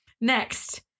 next